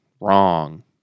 Wrong